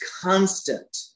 constant